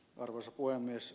arvoisa puhemies